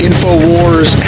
InfoWars